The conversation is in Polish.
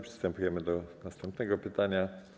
Przystępujemy do następnego pytania.